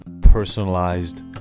personalized